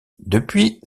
depuis